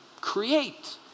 create